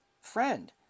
Friend